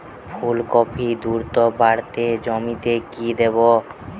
ফুলকপি দ্রুত বাড়াতে জমিতে কি দেবো?